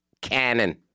Cannon